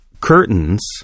Curtains